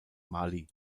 mali